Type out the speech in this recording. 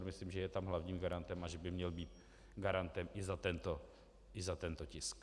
Myslím, že je tam hlavním garantem a že by měl být garantem i za tento tisk.